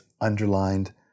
underlined